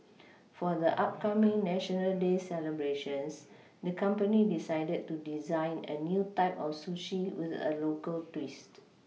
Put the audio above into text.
for the upcoming national day celebrations the company decided to design a new type of sushi with a local twist